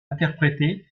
interprétés